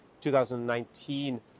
2019